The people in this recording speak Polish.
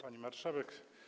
Pani Marszałek!